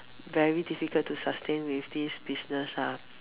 very difficult to sustain with this business lah